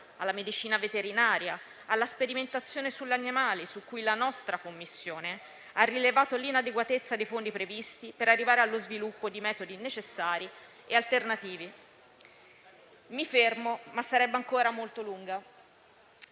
alla medicina veterinaria, alla sperimentazione sugli animali, su cui la nostra Commissione ha rilevato l'inadeguatezza dei fondi previsti per arrivare allo sviluppo di metodi necessari e alternativi. Mi fermo, ma l'elenco sarebbe ancora molto lungo.